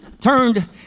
turned